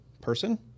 person